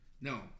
No